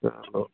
ਚਲੋ